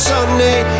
Sunday